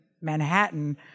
Manhattan